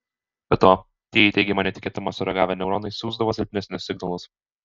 be to tie į teigiamą netikėtumą sureagavę neuronai siųsdavo silpnesnius signalus